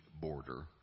border